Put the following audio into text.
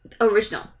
original